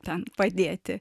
ten padėti